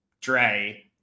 dre